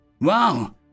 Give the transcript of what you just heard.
Wow